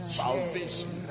salvation